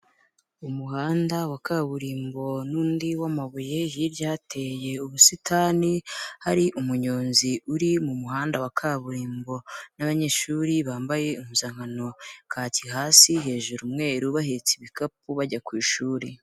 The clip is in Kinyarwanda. Umuhanda wa kaburimbo n'undi wamabuye hirya hateye ubusitani, hari umunyonzi uri mu muhanda wa kaburimbo n'abanyeshuri bambaye impuzankano, kaki hasi hejuru umweru bahetse ibikapu bajya ku ishuri.